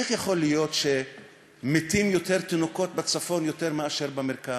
איך יכול להיות שמתים יותר תינוקות בצפון מאשר במרכז?